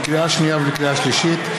לקריאה שנייה ולקריאה שלישית,